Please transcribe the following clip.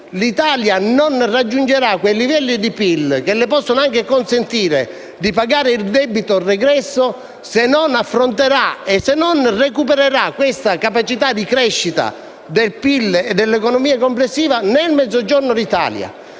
l'Italia non raggiungerà quei livelli di PIL che le potranno consentire di pagare il debito pregresso se non affronterà e recupererà la capacità di crescita del PIL e dell'economia complessiva nel Mezzogiorno d'Italia.